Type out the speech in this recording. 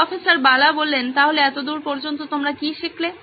professor Bala তাহলে এতদূর পর্যন্ত তুমি কি শিখলে